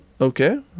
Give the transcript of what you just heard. Okay